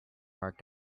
park